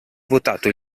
votato